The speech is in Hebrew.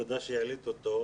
תודה שהעלית אותו.